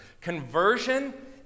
Conversion